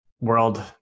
world